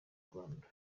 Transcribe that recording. rwanda